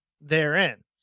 therein